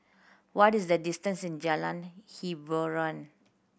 what is the distance in Jalan Hiboran